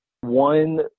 One